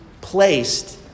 placed